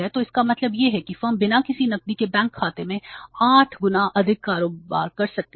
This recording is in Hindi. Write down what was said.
तो इसका मतलब यह है कि फर्म बिना किसी नकदी के बैंक खाते में 8 गुना अधिक कारोबार कर सकती है